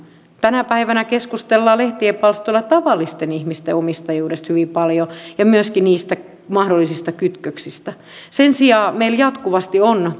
tänä päivänä keskustellaan lehtien palstoilla tavallisten ihmisten omistajuudesta hyvin paljon ja myöskin niistä mahdollisista kytköksistä sen sijaan meillä jatkuvasti on